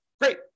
Great